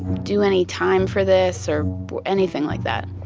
do any time for this or anything like that?